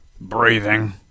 Breathing